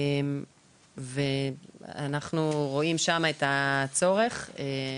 אנחנו רואים שם את הצורך.